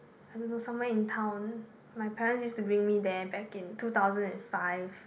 I don't know somewhere in town my parents used to bring me there back in two thousand and five